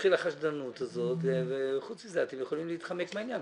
מתחילה חשדנות וחוץ מזה אתם יכולים להתחמק מהעניין.